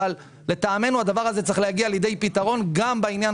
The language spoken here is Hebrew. אבל לטעמנו הדבר הזה צריך להגיע לידי פתרון גם בעניין